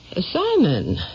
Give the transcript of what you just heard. Simon